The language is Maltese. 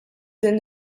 din